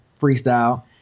freestyle